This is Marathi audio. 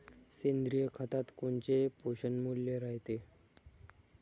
सेंद्रिय खतात कोनचे पोषनमूल्य रायते?